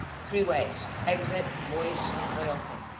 three ways, exit, voice, and loyalty.